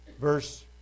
Verse